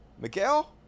Miguel